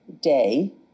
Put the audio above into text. day